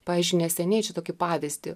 pavyzdžiui neseniai čia tokį pavyzdį